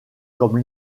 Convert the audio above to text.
comme